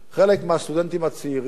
חלק מהסטודנטים הצעירים,